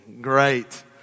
Great